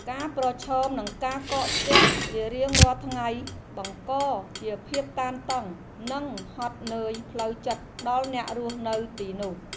ការប្រឈមនឹងការកកស្ទះជារៀងរាល់ថ្ងៃបង្កជាភាពតានតឹង និងហត់នឿយផ្លូវចិត្តដល់អ្នករស់នៅទីនោះ។